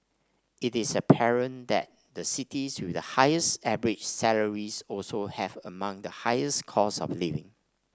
it is apparent that the cities with the highest average salaries also have among the highest costs of living